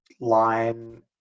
line